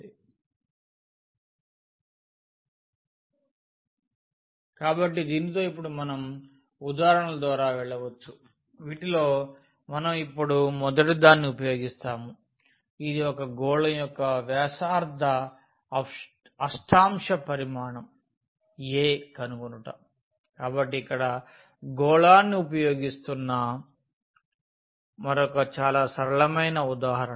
∬Rfx yDX dy ∬Rf r dr dθ కాబట్టి దీనితో ఇప్పుడు మనం ఈ ఉదాహరణల ద్వారా వెళ్లవచ్చు వీటిలో మనం ఇప్పుడు మొదటిదాన్ని ఉపయోగిస్తాము ఇది ఒక గోళం యొక్క వ్యాసార్థ అష్టాంశ పరిమాణం a కనుగొనుట కాబట్టి ఇక్కడ గోళాన్ని ఉపయోగిస్తున్న మరొక చాలా సరళమైన ఉదాహరణ